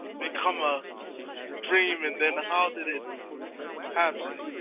become a dream and then how did it happen?